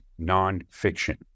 nonfiction